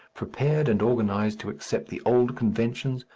prepared and organized to accept the old conventions,